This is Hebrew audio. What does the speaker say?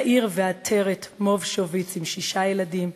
יאיר ועטרת מובשוביץ עם שישה ילדים,